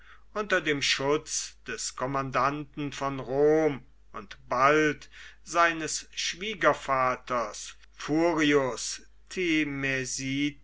unter dem schutz des kommandanten von rom und bald seines schwiegervaters furius